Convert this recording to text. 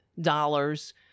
dollars